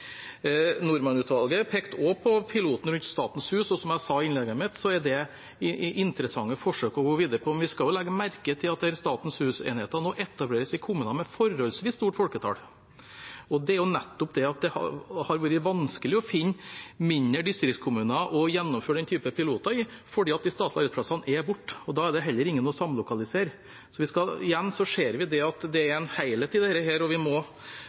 pekte også på piloten rundt Statens hus, og som jeg sa i innledningen min, er det interessante forsøk å gå videre med. Men vi skal også legge merke til at disse Statens hus-enhetene nå etableres i kommuner med forholdsvis stort folketall. Det hadde vært vanskelig å finne mindre distriktskommuner å gjennomføre den type piloter i, nettopp fordi de statlige arbeidsplassene er borte. Da er det heller ingen å samlokalisere. Så igjen ser vi at det er en helhet i dette, og at vi må ha med oss lokaliseringspolitikken videre. Og når vi